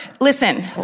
Listen